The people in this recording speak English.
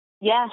Yes